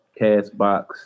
castbox